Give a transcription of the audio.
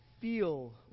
feel